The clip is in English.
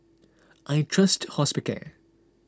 I trust Hospicare